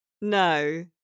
No